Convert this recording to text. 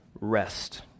rest